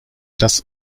das